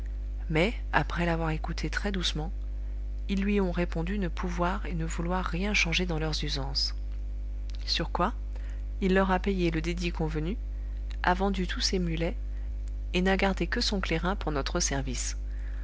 mais après l'avoir écouté très-doucement ils lui ont répondu ne pouvoir et ne vouloir rien changer dans leurs usances sur quoi il leur a payé le dédit convenu a vendu tous ses mulets et n'a gardé que son clairin pour notre service